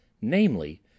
namely